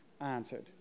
answered